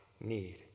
need